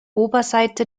oberseite